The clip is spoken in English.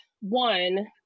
one